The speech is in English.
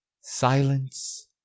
Silence